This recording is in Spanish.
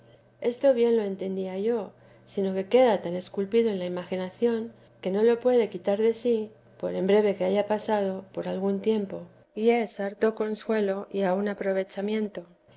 esto bien lo entendía yo sino que queda tan esculpido en la imaginación que no lo puede quitar de sí por en breve que haya pasado por algún tiempo y es harto consuelo y aun aprovechamiento